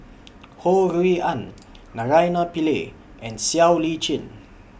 Ho Rui An Naraina Pillai and Siow Lee Chin